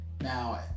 Now